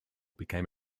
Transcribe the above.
became